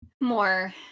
more